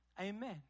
amen